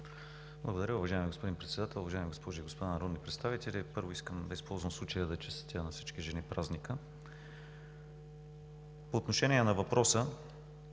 Благодаря, уважаеми господин Председател. Уважаеми госпожи и господа народни представители! Първо, искам да използвам случая да честитя на всички жени празника! По отношение на въпроса.